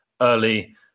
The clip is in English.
early